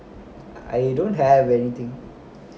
I don't have anything